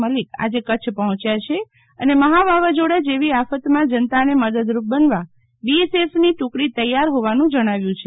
મલિક આજે કચ્છ પહોંચ્યા છે અને મહાવાવાઝોડા જેવી આફતમાં જનતાને મદદરૂપ બનવા બીએસએફની ટીમ તૈયાર હોવાનું જણાવ્યું છે